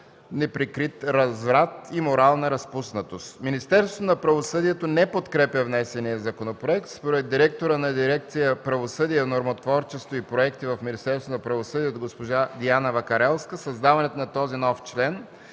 неприкрит разврат и морална разпуснатост. Министерството на правосъдието не подкрепя внесения законопроект. Според директора на дирекция „Правосъдие, нормотворчество и проекти” в Министерството на правосъдието госпожа Диана Вакарелска създаването на този нов член